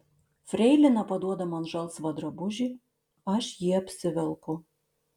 freilina paduoda man žalsvą drabužį aš jį apsivelku